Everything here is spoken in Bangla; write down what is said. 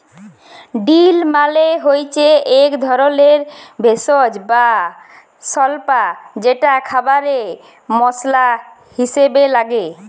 ডিল মালে হচ্যে এক ধরলের ভেষজ বা স্বল্পা যেটা খাবারে মসলা হিসেবে লাগে